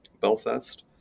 Belfast